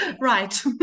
right